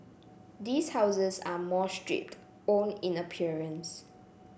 these houses are more stripped own in appearance